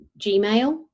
Gmail